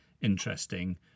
interesting